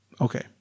Okay